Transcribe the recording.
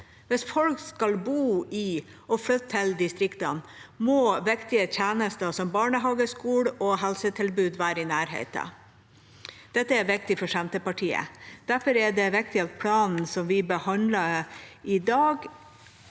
Hvis folk skal bo i og flytte til distriktene, må viktige tjenester som barnehage, skole og helsetilbud være i nærheten. Dette er viktig for Senterpartiet. Derfor er det viktig at planen som vi behandler i dag,